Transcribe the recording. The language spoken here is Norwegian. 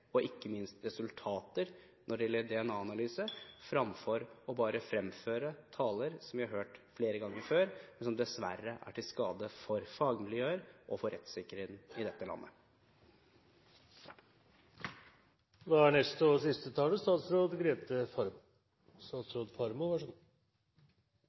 og ikke minst resultater når det gjelder DNA-analyse, fremfor bare å fremføre taler som vi har hørt flere ganger før, men som dessverre er til skade for fagmiljøer og rettssikkerheten i dette landet. Jeg forstår at debatten om dette temaet er